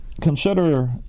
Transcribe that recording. consider